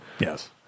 Yes